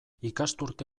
ikasturte